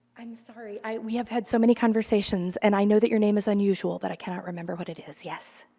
i'm sorry, i we have had so many conversations, and i know that your name is unusual, but i cannot remember what it is, yes.